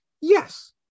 Yes